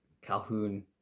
Calhoun